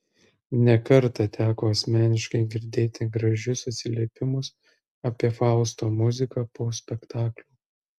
ne kartą teko asmeniškai girdėti gražius atsiliepimus apie fausto muziką po spektaklių